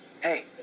hey